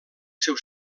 seu